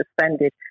suspended